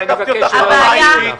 לא תקפתי אותך ברמה האישית,